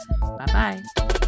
Bye-bye